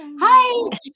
Hi